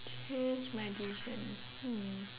change my decision hmm